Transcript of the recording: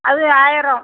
அது ஆயிரம்